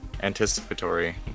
Anticipatory